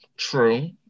True